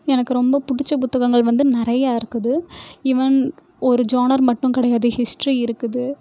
எனக்கு ரொம்ப பிடிச்ச புத்தகங்கள் வந்து நிறையா இருக்குது ஈவென் ஒரு ஜோனர் மட்டும் கிடையாது ஹிஸ்ட்ரி இருக்குது